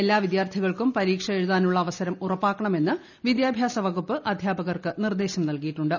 എല്ലാ വിദ്യാർത്ഥികൾക്കും പരീക്ഷ് കൃഴുതാനുള്ള അവസരം ഉറപ്പാക്കണമെന്ന് വിദ്യാഭ്യാസവകുപ്പ് അധ്യാപ്പിക്കർക്ക് നിർദേശം നൽകിയിട്ടുണ്ട്